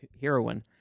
heroine